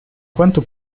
quanto